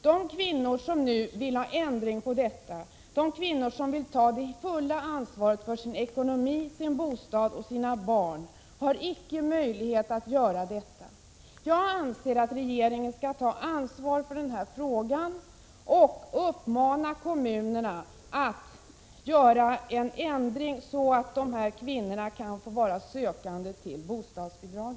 De kvinnor som nu vill ha ändring på detta och vill ta det fulla ansvaret för sin ekonomi, sin bostad och sina barn har inte möjlighet att göra det. Jag anser att regeringen skall ta ansvaret för den här frågan och uppmana kommunerna att göra en ändring så att dessa kvinnor kan få vara sökande till bostadsbidrag.